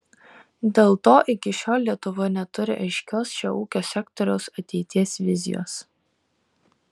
dėl to iki šiol lietuva neturi aiškios šio ūkio sektoriaus ateities vizijos